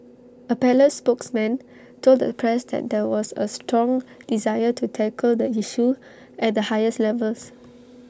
A palace spokesman told the press that there was A strong desire to tackle the issue at the highest levels